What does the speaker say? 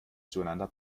zueinander